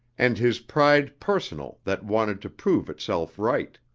and his pride personal that wanted to prove itself right.